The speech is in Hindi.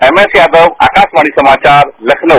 एमएस यादव आकाशवाणी समाचार लखनऊ